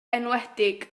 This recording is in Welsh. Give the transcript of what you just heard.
enwedig